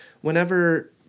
whenever